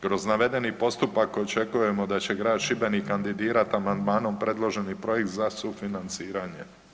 Kroz navedeni postupak očekujemo da će grad Šibenik kandidirat amandmanom predloženi projekt za sufinanciranje.